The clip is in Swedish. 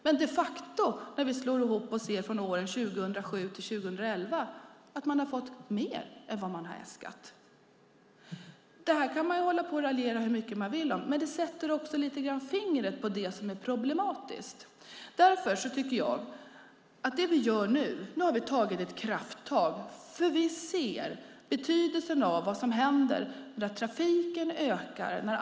Men de facto har man under åren 2007-2011 sammantaget fått mer än man äskat. Det här kan man hålla på och raljera hur mycket man vill om, men det sätter också fingret på det som är problematiskt. Nu har vi tagit ett krafttag, för vi ser betydelsen av vad som händer när trafiken ökar.